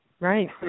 Right